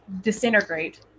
disintegrate